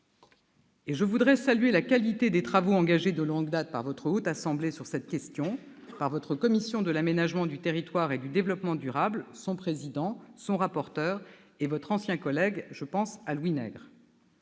Je voudrais saluer la qualité des travaux engagés de longue date par votre Haute Assemblée sur cette question, par votre commission de l'aménagement du territoire et du développement durable, son président, son rapporteur et votre ancien collègue Louis Nègre.